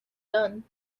done